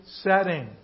setting